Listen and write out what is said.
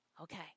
Okay